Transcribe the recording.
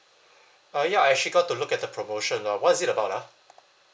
uh ya she got to look at the promotion lor what is it about ah